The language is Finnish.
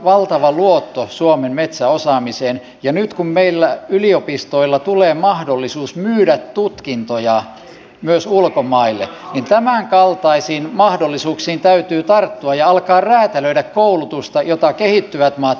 eduskunta edellyttää että toimeentulotuen ja nyt kun meillä yliopistoilla tulee mahdollisuus myydä tutkintoja myös ulkomaille tämänkaltaisiin mahdollisuuksiin täytyy tarttua jalka räätälöidä koulutusta jota kehittyvät maat